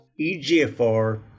EGFR